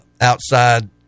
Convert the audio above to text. outside –